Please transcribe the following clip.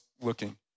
looking